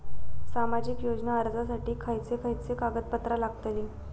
सामाजिक योजना अर्जासाठी खयचे खयचे कागदपत्रा लागतली?